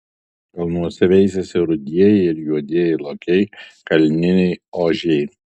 kalnuose veisiasi rudieji ir juodieji lokiai kalniniai ožiai